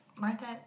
Martha